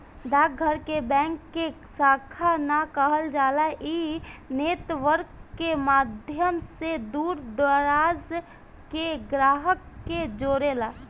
डाक घर के बैंक के शाखा ना कहल जाला इ नेटवर्क के माध्यम से दूर दराज के ग्राहक के जोड़ेला